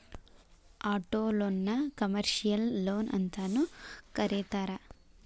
ಆಟೊಲೊನ್ನ ಕಮರ್ಷಿಯಲ್ ಲೊನ್ಅಂತನೂ ಕರೇತಾರ